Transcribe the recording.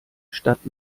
statt